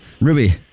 Ruby